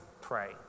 pray